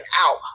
out